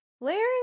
Layering